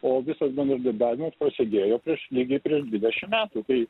o visas bendradarbiavimas prasidėjo prieš lygiai prieš dvidešim metų kai